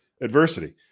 adversity